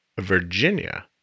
Virginia